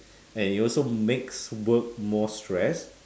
and it also makes work more stress